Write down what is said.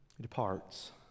departs